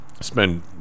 spend